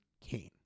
Kane